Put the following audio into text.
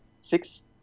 six